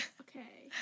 Okay